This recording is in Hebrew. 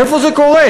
איפה זה קורה?